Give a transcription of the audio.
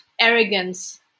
arrogance